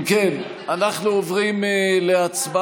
אם כן, אנחנו עוברים להצבעה.